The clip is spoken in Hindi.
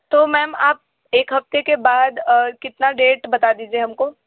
तो मेम आप एक हफ़्ते के बाद कितना डेट बता दीजिए हम को